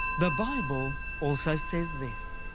the bible also says this.